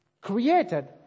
created